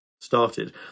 started